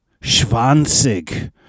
schwanzig